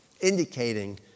indicating